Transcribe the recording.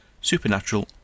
Supernatural